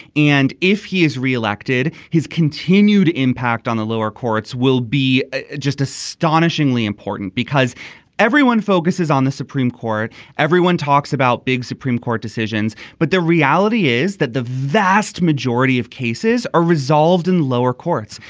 and if he is re-elected his continued impact on the lower courts will be just astonishingly important because everyone focuses on the supreme court. everyone talks about big supreme court decisions but the reality is that the vast majority of cases are resolved in lower courts.